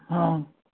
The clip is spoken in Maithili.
हँ